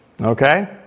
Okay